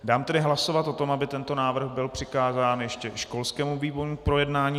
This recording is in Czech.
Dám tedy hlasovat o tom, aby tento návrh byl přikázán ještě školskému výboru k projednání.